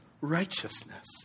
righteousness